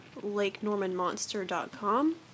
LakeNormanMonster.com